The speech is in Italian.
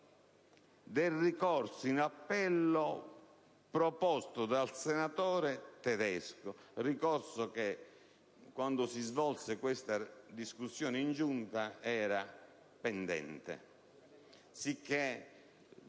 del ricorso in appello proposto dal senatore Tedesco (ricorso che quando si svolgeva questa discussione in Giunta era pendente); si